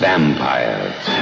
Vampires